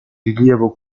rilievo